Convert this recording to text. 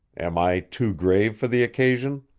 am i too grave for the occasion?